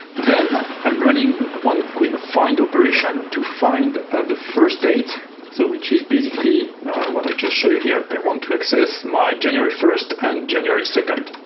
then, i'm running one quick find operation to find the first date so which is basically what i just showed you here. i want to access my january first and january second.